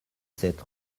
sept